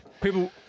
People